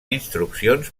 instruccions